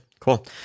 Cool